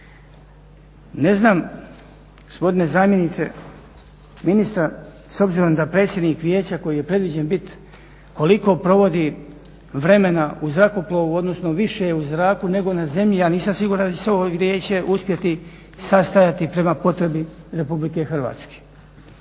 Ne znam gospodine zamjeniče ministra, s obzirom da predsjednik Vijeća koji je predviđen bit koliko provodi vremena u zrakoplovu, odnosno više je u zraku nego na zemlji. Ja nisam siguran da će se ovo vijeće uspjeti sastajati prema potrebi Republike Hrvatske.